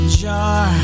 jar